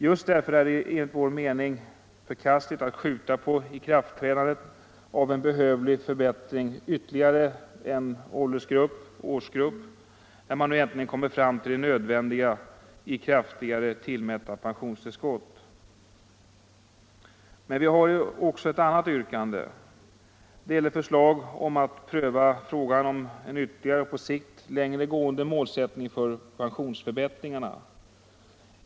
Just därför är det enligt vår mening förkastligt att skjuta på ikraftträdandet av en behövlig förbättring ytterligare en årsgrupp, när man nu äntligen kom fram till det nödvändiga i kraftigare tillmätta pensionstillskott. Men vår motion har också ett annat yrkande. Det gäller förslag om att pröva frågan om en ytterligare och på sikt längre gående målsättning för pensionsförbättringarna.